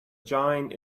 giant